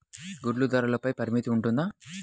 గుడ్లు ధరల పై పరిమితి ఉంటుందా?